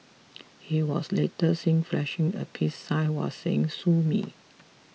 he was later seen flashing a peace sign while saying sue me